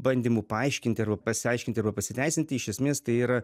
bandymų paaiškinti arba pasiaiškinti arba pasiteisinti iš esmės tai yra